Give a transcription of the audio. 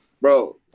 Bro